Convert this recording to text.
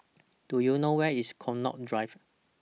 Do YOU know Where IS Connaught Drive